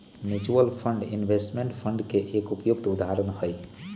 mutual fund investment fund के एक उपयुक्त उदाहरण हई